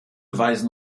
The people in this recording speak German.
weisen